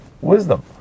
wisdom